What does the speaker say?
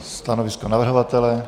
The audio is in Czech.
Stanovisko navrhovatele?